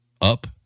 up